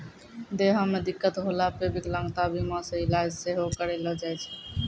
देहो मे दिक्कत होला पे विकलांगता बीमा से इलाज सेहो करैलो जाय छै